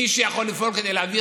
מי שיכול לפעול כדי להעביר